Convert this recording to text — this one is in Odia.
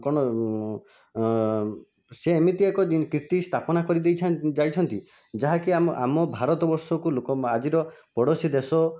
କ'ଣ ସେ ଏମିତି ଏକ କୀର୍ତି ସ୍ଥାପନା କରିଦେଇ ଯାଇଛନ୍ତି ଯାହାକି ଆମ ଆମ ଭାରତ ବର୍ଷକୁ ଲୋକ ଆଜିର ପଡ଼ୋଶୀ ଦେଶ